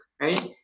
right